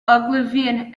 ogilvy